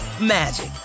magic